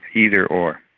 either or.